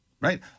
right